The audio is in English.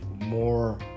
more